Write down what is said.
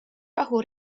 rahu